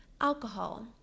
Alcohol